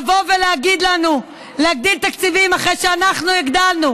לבוא ולהגיד לנו להגדיל תקציבים אחרי שאנחנו הגדלנו,